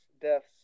deaths